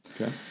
Okay